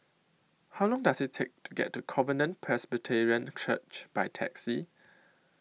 How Long Does IT Take to get to Covenant Presbyterian Church By Taxi